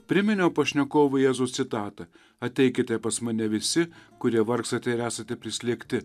priminiau pašnekovui jėzaus citatą ateikite pas mane visi kurie vargstate ir esate prislėgti